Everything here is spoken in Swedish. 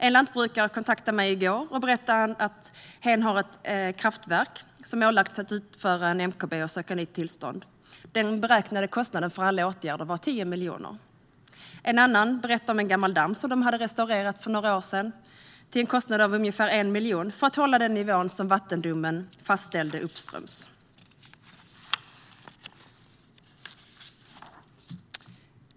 En lantbrukare kontaktade mig i går och berättade att hen hade ett kraftverk som ålagts att utföra en MKB och söka nytt tillstånd. Den beräknade kostnaden för alla åtgärder var 10 miljoner. En annan berättade om en gammal damm som de restaurerat för några år sedan till en kostnad av ungefär 1 miljon för att hålla den nivå som vattendomen fastställde uppströms.